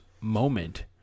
moment